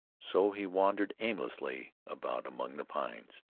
so he wandered aimlessly about among the pines.